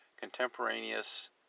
contemporaneous